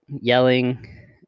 yelling